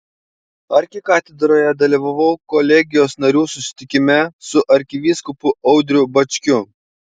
arkikatedroje dalyvavau kolegijos narių susitikime su arkivyskupu audriu bačkiu